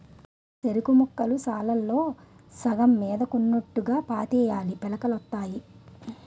సెరుకుముక్కలు సాలుల్లో సగం మీదకున్నోట్టుగా పాతేయాలీ పిలకలొత్తాయి